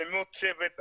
אלימות בשבט,